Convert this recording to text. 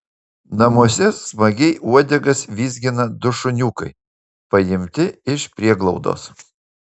namuose smagiai uodegas vizgina du šuniukai paimti iš prieglaudos